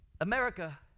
America